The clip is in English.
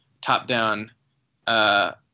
top-down